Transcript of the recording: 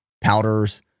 powders